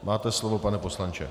Máte slovo, pane poslanče.